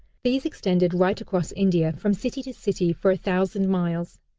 these extended right across india, from city to city, for a thousand miles.